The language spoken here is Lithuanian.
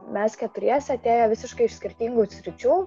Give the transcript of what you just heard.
mes keturiese atėję visiškai iš skirtingų sričių